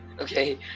Okay